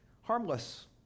Harmless